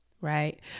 right